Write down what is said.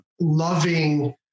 loving